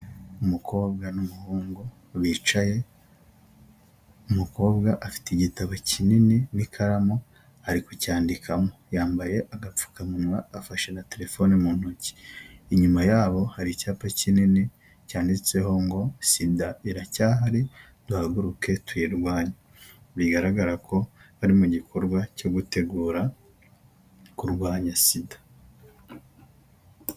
Umukobwa n'umuhungu bicaye umukobwa afite igitabo kinini n'ikaramu ari kucyandikamo, yambaye agapfukamunwa afashe na telefone mu ntoki, inyuma yabo hari icyapa kinini cyanditseho ngo sida iracyahari duhaguruke tuyirwanye bigaragara ko bari mu gikorwa cyo gutegura kurwanya sida.